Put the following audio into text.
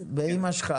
באימא שלך,